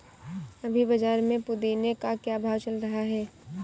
अभी बाज़ार में पुदीने का क्या भाव चल रहा है